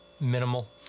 minimal